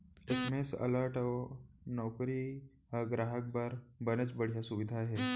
SMS alert नउकरी ह गराहक बर बनेच बड़िहा सुबिधा हे